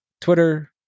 Twitter